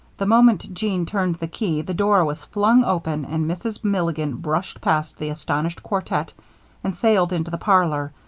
the moment jean turned the key the door was flung open and mrs. milligan brushed past the astonished quartet and sailed into the parlor,